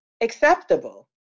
acceptable